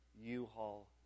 U-Haul